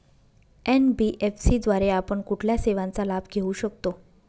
NBFC द्वारे आपण कुठल्या सेवांचा लाभ घेऊ शकतो?